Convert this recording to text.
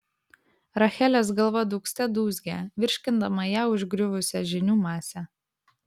rachelės galva dūgzte dūzgė virškindama ją užgriuvusią žinių masę